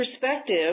perspective